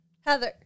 Heather